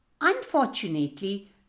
Unfortunately